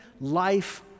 life